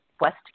west